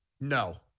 No